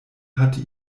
hatte